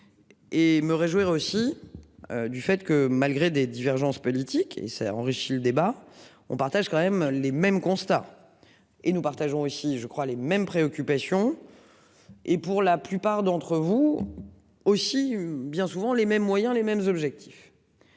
Et me réjouir aussi. Du fait que malgré des divergences politiques et ça enrichit le débat on partage quand même les même constats. Et nous partageons aussi je crois les mêmes préoccupations. Et pour la plupart d'entre vous. Aussi bien souvent les mêmes moyens, les mêmes objectifs.